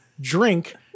drink